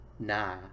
Nah